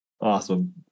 Awesome